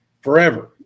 forever